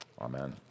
Amen